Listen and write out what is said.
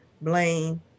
blame